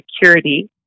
security